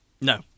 No